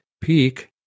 peak